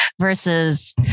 versus